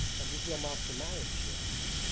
and is your master married she asked.